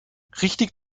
richtig